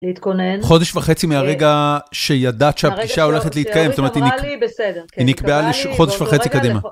חודש וחצי מהרגע שידעת שהפגישה הולכת להתקיים, זאת אומרת היא נקבעה חודש וחצי קדימה.